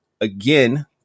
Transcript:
again